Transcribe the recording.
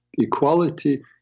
Equality